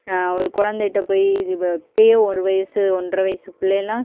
ஒரு கொழந்தைட்ட போய் இது வ இப்போயே ஒரு வயசு ஒன்றை வயசு பிள்ளை எல்லாம்